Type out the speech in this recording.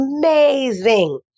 amazing